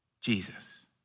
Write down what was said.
Jesus